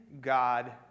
God